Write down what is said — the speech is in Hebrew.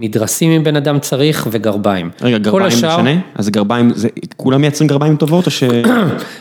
מדרסים אם בן אדם צריך וגרביים. רגע, גרביים משנה? אז גרביים, כולם מייצרים גרביים טובות או ש...